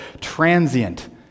transient